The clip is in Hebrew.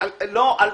לא יישום.